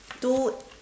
two